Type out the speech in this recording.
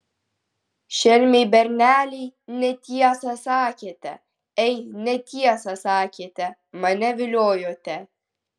šelmiai berneliai netiesą sakėte ei netiesą sakėte mane viliojote